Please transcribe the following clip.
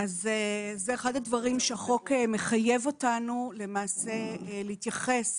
זה אחד הדברים שהחוק מחייב אותנו למעשה להתייחס